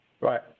Right